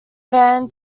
van